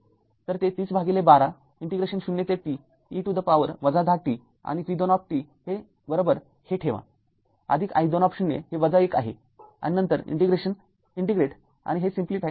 तर ते ३० भागिले बारा इंटिग्रेशन ० ते t e to the power १० t आणि V२ हे ठेवा आदिक i२० हे १ आहे आणि नंतर इंटिग्रेट आणि सरलीकृत करा